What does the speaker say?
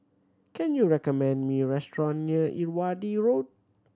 can you recommend me restaurant near Irrawaddy Road